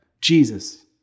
Jesus